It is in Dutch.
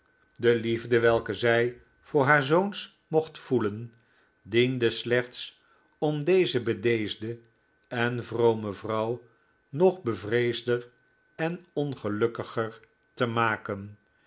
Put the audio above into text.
de liefde welke zij voor haar zoons mocht voelen diende slechts om deze bedeesde en vrome vrouw nog bevreesder en ongelukkiger te maken